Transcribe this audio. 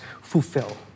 fulfill